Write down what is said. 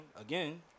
again